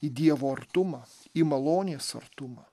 į dievo artumą į malonės artumą